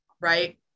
right